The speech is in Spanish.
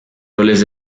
roles